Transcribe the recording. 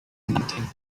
nothing